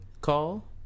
call